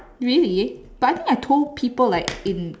really but I think I told people like in